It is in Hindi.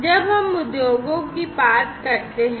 जब हम उद्योगों की बात करते हैं